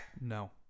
no